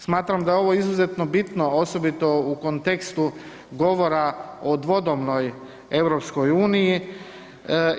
Smatram da je ovo izuzetno bitno, osobito u kontekstu govora o dvodomnoj EU-i.